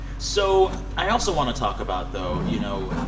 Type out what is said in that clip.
so i also want to talk about, though, you know,